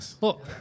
Look